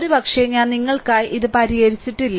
ഒരുപക്ഷേ ഞാൻ നിങ്ങൾക്കായി ഇത് പരിഹരിച്ചിട്ടില്ല